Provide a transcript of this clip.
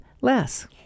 less